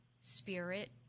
spirit